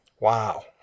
wow